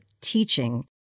teaching